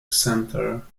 centre